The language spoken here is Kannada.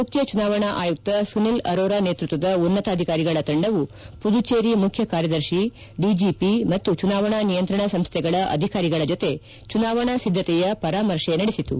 ಮುಖ್ಯ ಚುನಾವಣಾ ಆಯುಕ್ತ ಸುನೀಲ್ ಅರೋರಾ ನೇತೃತ್ವದ ಉನ್ನತಾಧಿಕಾರಿಗಳ ತಂಡವು ಪುದುಚೇರಿ ಮುಖ್ಯ ಕಾರ್ಯದರ್ಶಿ ಡಿಜಿಪಿ ಮತ್ತು ಚುನಾವಣಾ ನಿಯಂತ್ರಣ ಸಂಸ್ಲೆಗಳ ಅಧಿಕಾರಿಗಳ ಜೊತೆ ಚುನಾವಣಾ ಸಿದ್ಗತೆಯ ಪರಾಮರ್ಶೆ ನಡೆಸಿತು